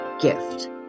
gift